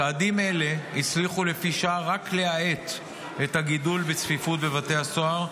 צעדים אלה הצליחו לפי שעה רק להאט את הגידול בצפיפות בבתי הסוהר,